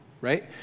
Right